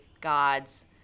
God's